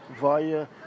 via